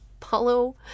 follow